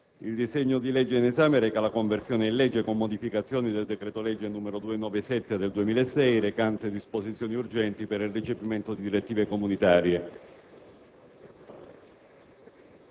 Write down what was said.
il disegno di legge in esame reca la conversione in legge, con modificazioni, del decreto-legge n. 297 del 2006, recante disposizioni urgenti per il recepimento di direttive comunitarie.